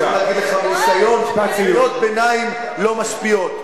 אני רוצה להגיד לך מניסיון: קריאות ביניים לא משפיעות.